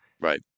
Right